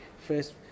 first